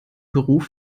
beruf